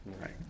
right